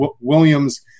Williams